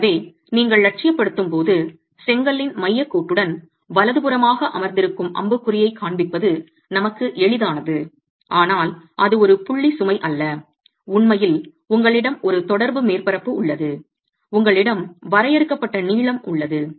எனவே நீங்கள் இலட்சியப்படுத்தும்போது செங்கலின் மையக் கோட்டுடன் வலதுபுறமாக அமர்ந்திருக்கும் அம்புக்குறியைக் காண்பிப்பது நமக்கு எளிதானது ஆனால் அது ஒரு புள்ளி சுமை அல்ல உண்மையில் உங்களிடம் ஒரு தொடர்பு மேற்பரப்பு உள்ளது உங்களிடம் வரையறுக்கப்பட்ட நீளம் உள்ளது